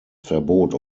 verbot